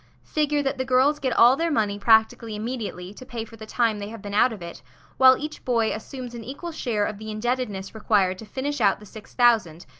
figure that the girls get all their money practically immediately, to pay for the time they have been out of it while each boy assumes an equal share of the indebtedness required to finish out the six thousand,